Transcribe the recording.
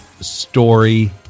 story